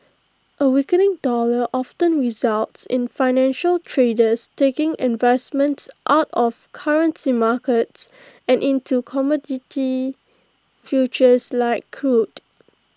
A weakening dollar often results in financial traders taking investments out of currency markets and into commodity futures like crude